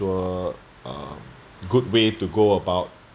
sure um good way to go about